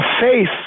faith